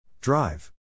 Drive